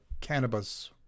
cannabis